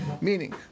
Meaning